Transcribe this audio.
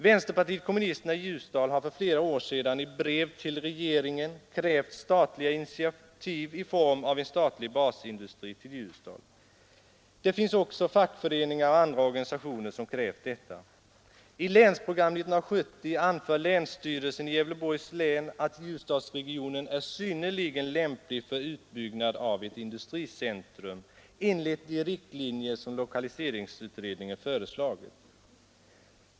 Vänsterpartiet kommunisterna i Ljusdal har för flera år sedan i brev till regeringen krävt statliga initiativ i form av en statlig basindustri till Ljusdal. Det finns också fackföreningar och andra organisationer som har krävt detta. I Länsprogram 1970 anför länsstyrel Nr 146 sen i Gävleborgs län att Ljusdalsregionen är synnerligen lämplig för Lördagen den utbyggnad av ett industricentrum enligt de riktlinjer som lokaliserings 16 december 1972 utredningen föreslagit.